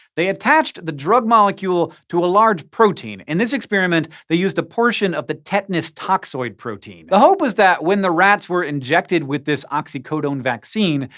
they attached the drug molecule to a large protein. in and this experiment, they used a portion of the tetanus toxoid protein. the hope was that, when the rats were injected with this oxycodone vaccine,